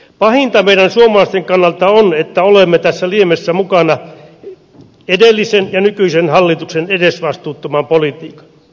pahinta meidän suomalaisten kannalta on että olemme tässä liemessä mukana edellisen ja nykyisen hallituksen edesvastuuttoman politiikan takia